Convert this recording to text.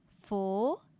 four